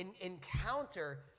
encounter